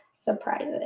surprises